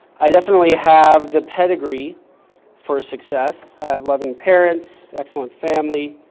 i definitely have the pedigree for success. i have loving parents, excellent family,